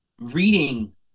reading